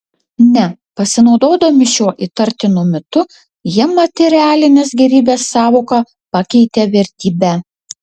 ne pasinaudodami šiuo įtartinu mitu jie materialinės gėrybės sąvoką pakeitė vertybe